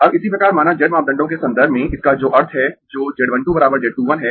अब इसी प्रकार माना z मापदंडों के संदर्भ में इसका जो अर्थ है जो z 1 2 z 2 1 है